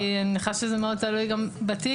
אני מניחה שזה מאוד תלוי גם בתיק,